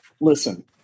Listen